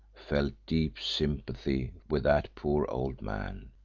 felt deep sympathy with that poor old man,